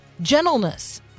gentleness